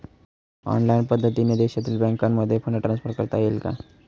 Online पद्धतीने देशातील बँकांमध्ये फंड ट्रान्सफर करता येईल का?